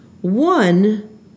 One